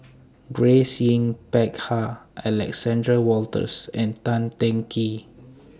Grace Yin Peck Ha Alexander Wolters and Tan Teng Kee